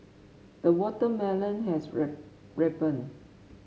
the watermelon has ripened